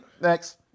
Next